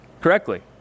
correctly